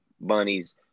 bunnies